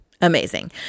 Amazing